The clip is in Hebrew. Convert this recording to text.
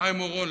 חיים אורון,